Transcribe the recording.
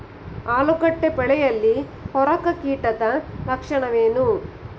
ಆಲೂಗೆಡ್ಡೆ ಬೆಳೆಯಲ್ಲಿ ಕೊರಕ ಕೀಟದ ಲಕ್ಷಣವೇನು?